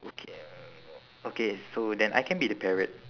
okay okay so then I can be the parrot